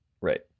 Right